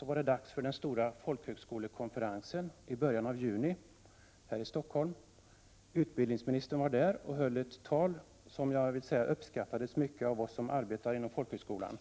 Då var det dags för den stora folkhögskolekonferensen i början av juni här i Stockholm. Utbildningsministern var där och höll ett tal som uppskattades mycket av oss som arbetar inom folkhögskolan.